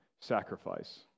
sacrifice